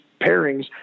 pairings